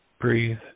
Breathe